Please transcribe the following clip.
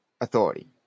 authority